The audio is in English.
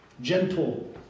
gentle